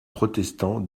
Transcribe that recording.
protestants